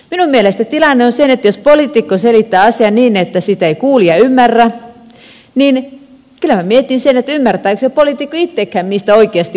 minun mielestäni tilanne on se että jos poliitikko selittää asian niin että sitä ei kuulija ymmärrä niin kyllä voi miettiä sitä ymmärtääkö se poliitikko itsekään mistä oikeasti on puhe